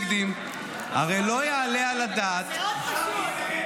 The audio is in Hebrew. הרי לא יעלה על הדעת --- זה פשוט מאוד.